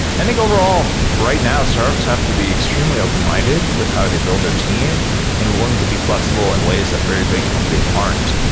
i think overall, right now, startups have to be extremely open-minded with how they build their team and willing to be flexible in ways that very big companies aren't.